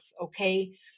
okay